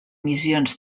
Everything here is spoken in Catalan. missions